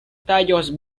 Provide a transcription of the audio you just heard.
tallos